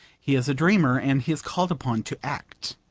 he is a dreamer, and he is called upon to act.